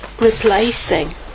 replacing